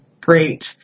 Great